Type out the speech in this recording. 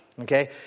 Okay